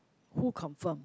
who confirm